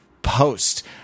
post